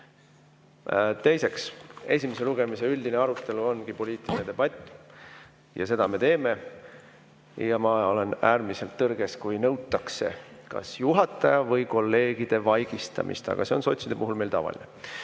Teiseks, esimese lugemise üldine arutelu ongi poliitiline debatt, ja seda me teeme. Ma olen äärmiselt tõrges, kui nõutakse kas juhataja või kolleegide vaigistamist. Aga see on sotside puhul meil tavaline.